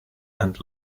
and